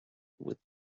with